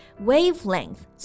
Wavelength